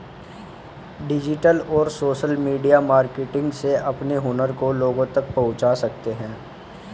digital और social media marketing से अपने हुनर को लोगो तक पहुंचा सकते है